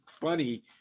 funny